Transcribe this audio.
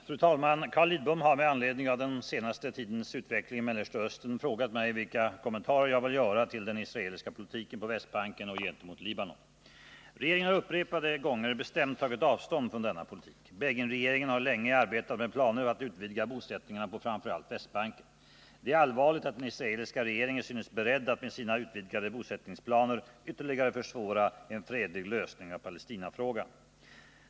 Fru talman! Carl Lidbom har med anledning av den senaste tidens utveckling i Mellersta Östern frågat mig vilka kommentarer jag vill göra till den israeliska politiken på Västbanken och gentemot Libanon. Regeringen har upprepade gånger bestämt tagit avstånd från denna politik. Beginregeringen har länge arbetat med planer på att utvidga bosättningarna på framför allt Västbanken. Det är allvarligt att den israeliska regeringen synes beredd att med sina utvidgade bosättningsplaner ytterligare försvåra en fredlig lösning av Palestinafrågan.